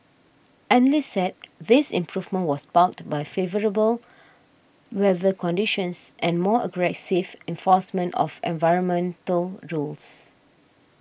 analysts said this improvement was sparked by favourable weather conditions and more aggressive enforcement of environmental rules